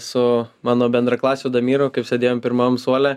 su mano bendraklasiu damiru kaip sėdėjom pirmam suole